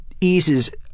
eases